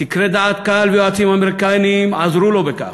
סקרי דעת קהל ויועצים אמריקנים עזרו לו בכך.